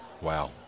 Wow